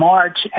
March